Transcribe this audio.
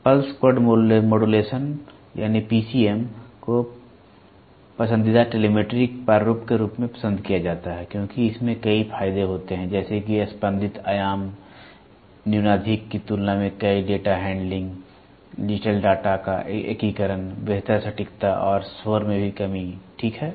pulse code modulation pulse code modulation को पसंदीदा telemetry प्रारूप के रूप में पसंद किया जाता है क्योंकि इसमें कई फायदे होते हैं जैसे कि स्पंदित आयाम न्यूनाधिक की तुलना में कई डेटा हैंडलिंग डिजिटल डेटा का एकीकरण बेहतर सटीकता और शोर में कमी ठीक है